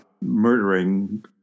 murdering